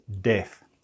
death